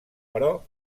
però